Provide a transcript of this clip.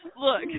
Look